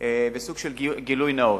וסוג של גילוי נאות,